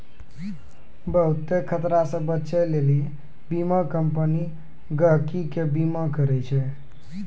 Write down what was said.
बहुते खतरा से बचै लेली बीमा कम्पनी गहकि के बीमा करै छै